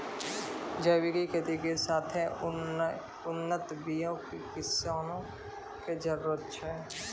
जैविक खेती के साथे उन्नत बीयो के किसानो के जरुरत छै